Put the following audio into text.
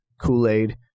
Kool-Aid